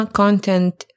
content